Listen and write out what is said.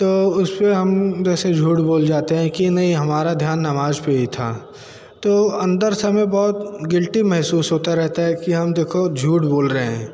तो उस पे हम जैसे झूठ बोल जाते हैं कि नहीं हमारा ध्यान नमाज़ पर ही था तो अंदर से हमें बहुत गिल्टी महसूस होता रहता है कि हम देखो झूठ बोल रहे हैं